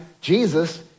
Jesus